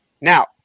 Now